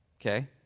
okay